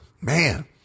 man